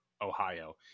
Ohio